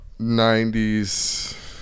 90s